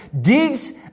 digs